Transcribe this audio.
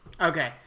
Okay